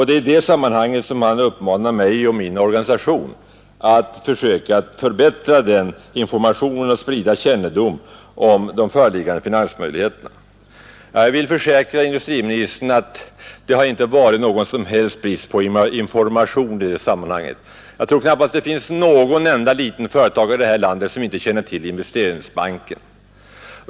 Det är i det sammanhanget som han uppmanar mig och min organisation att försöka förbättra den informationen och sprida kännedom om de föreliggande finansieringsmöjligheterna. Jag vill försäkra industriministern att det inte har varit någon som helst brist på information därvidlag. Jag tror därför att det knappast finns någon enda liten företagare i det här landet som inte känner till Investeringsbanken.